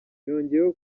yongeyeho